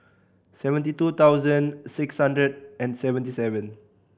seventy two thousand six hundred and seventy seven